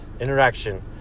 Interaction